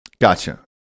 Gotcha